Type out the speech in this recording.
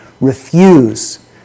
refuse